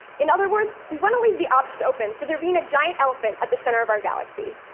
in other words, we want to leave the option open for there being a giant elephant at the center of our galaxy.